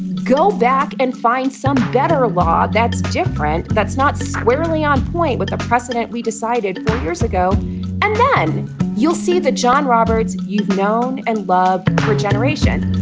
go back and find some better law. that's different. that's not squarely on point with a precedent. we decided four years ago and then you'll see the john roberts you've known and loved for generation